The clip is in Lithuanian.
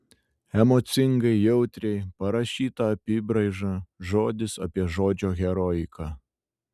emocingai jautriai parašyta apybraiža žodis apie žodžio heroiką